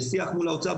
בשיח מול האוצר,